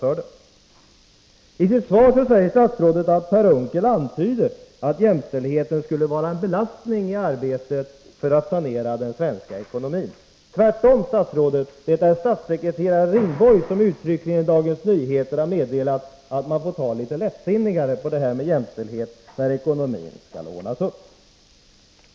I sitt svar säger statsrådet att Per Unckel antyder att jämställdheten skulle vara en belastning i arbetet för att sanera den svenska ekonomin. Tvärtom, statsrådet, det är statssekreterare Ringborg som i Dagens Nyheter uttryckligen har meddelat att man får ta litet lättsinnigare på det här med jämställdhet, när ekonomin skall ordnas upp.